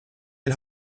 den